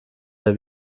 der